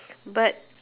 but